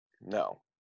no